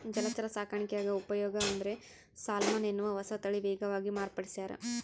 ಜಲಚರ ಸಾಕಾಣಿಕ್ಯಾಗ ಉಪಯೋಗ ಅಂದ್ರೆ ಸಾಲ್ಮನ್ ಎನ್ನುವ ಹೊಸತಳಿ ವೇಗವಾಗಿ ಮಾರ್ಪಡಿಸ್ಯಾರ